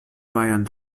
bayern